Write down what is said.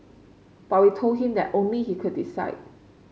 but we told him that only he could decide